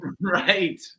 Right